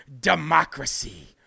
democracy